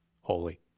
holy